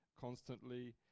constantly